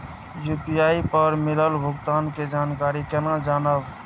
UPI पर मिलल भुगतान के जानकारी केना जानब?